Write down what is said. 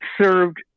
served